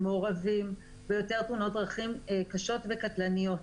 מעורבים ביותר תאונות דרכים קשות וקטלניות.